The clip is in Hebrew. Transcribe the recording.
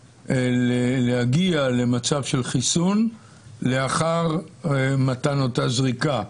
להגיע למצב של חיסון לאחר מתן אותה זריקה.